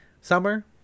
summer